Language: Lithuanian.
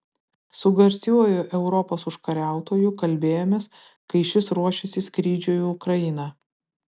su garsiuoju europos užkariautoju kalbėjomės kai šis ruošėsi skrydžiui į ukrainą